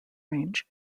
range